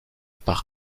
par